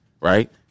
right